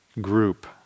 group